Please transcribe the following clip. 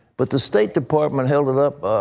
but the state department held it up.